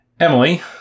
Emily